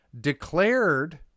declared